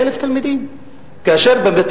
כבוד